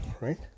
right